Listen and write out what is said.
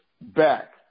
back